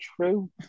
true